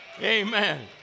Amen